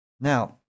now